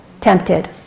tempted